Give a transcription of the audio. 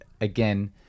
again